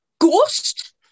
Ghost